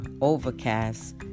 Overcast